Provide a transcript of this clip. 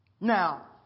Now